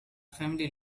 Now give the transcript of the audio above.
family